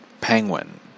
Penguin